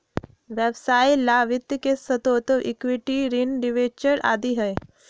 व्यवसाय ला वित्त के स्रोत इक्विटी, ऋण, डिबेंचर आदि हई